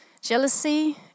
jealousy